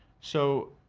so,